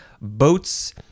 boats